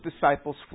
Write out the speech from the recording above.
disciples